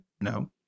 No